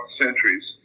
centuries